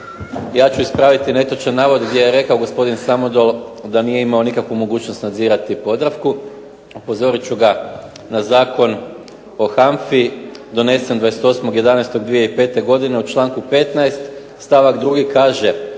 Ja ću ispraviti netočan navod gdje je rekao gospodin Samodol da nije imao nikakvu mogućnost nadzirati POdravku. Upozorit ću ga na Zakon o HANFA-i donesen 28.11.2005. godine u članku 15. stavak 2. kaže: